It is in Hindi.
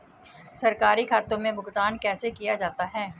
सरकारी खातों में भुगतान कैसे किया जाता है?